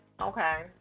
Okay